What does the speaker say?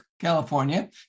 California